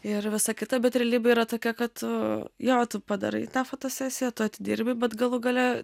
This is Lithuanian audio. ir visa kita bet realybė yra tokia kad tu jo tu padarai tą fotosesiją tu atidirbi bet galų gale